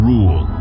Rule